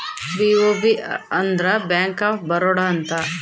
BOB ಅಂದ್ರ bank of Baroda ಅಂತ